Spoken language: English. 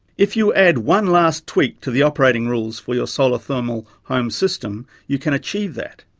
if you add one last tweak to the operating rules for your solar thermal home system you can achieve that.